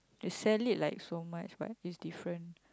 they sell it like so much but it's different